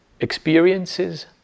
experiences